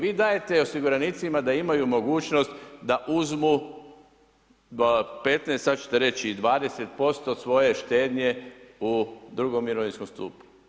Vi dajete osiguranicima da imaju mogućnost da uzmu 15, sada ćete reći i 20% od svoje štednje u drugom mirovinskom stupu.